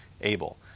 Abel